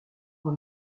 dans